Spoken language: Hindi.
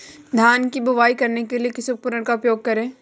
धान की बुवाई करने के लिए किस उपकरण का उपयोग करें?